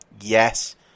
Yes